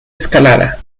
escalada